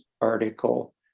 article